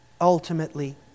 ultimately